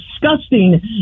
disgusting